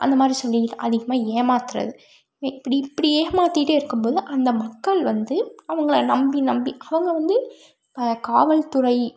அந்தமாதிரி சொல்லி அதிகமாக ஏமாத்துகிறது இப்படி இப்படி ஏமாற்றிட்டே இருக்கும்போது அந்த மக்கள் வந்து அவங்கள நம்பி நம்பி அவங்க வந்து காவல்துறை